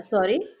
Sorry